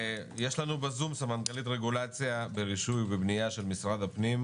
שרשרת הייצור ואנחנו פועלים מול המשרדים.